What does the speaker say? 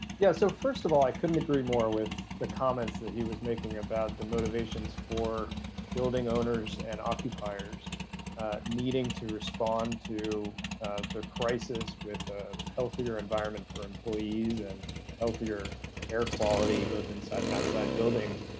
yeah, so first of all, i couldn't agree more with the comments that he was making about the motivations for building owners and occupiers needing to respond to the crisis with a healthier environment for employees and healthier air quality both inside and outside buildings.